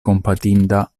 kompatinda